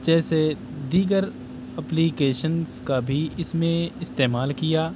جیسے دیگر اپلیکیشنس کا بھی اس میں استعمال کیا